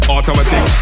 Automatic